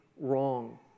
wrong